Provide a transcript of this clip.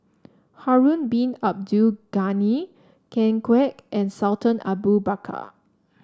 Harun Bin Abdul Ghani Ken Kwek and Sultan Abu Bakar